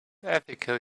ethical